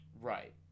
Right